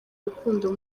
urukundo